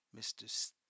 Mr